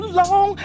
long